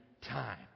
time